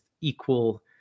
equal